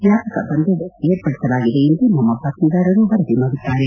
ವ್ಯಾಪಕ ಬಂದೋಬಸ್ತ್ ಏರ್ಪಡಿಸಲಾಗಿದೆ ಎಂದು ನಮ್ಮ ಬಾತ್ಮೀದಾರರು ವರದಿ ಮಾಡಿದ್ದಾರೆ